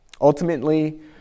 Ultimately